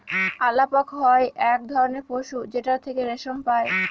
আলাপক হয় এক ধরনের পশু যেটার থেকে রেশম পাই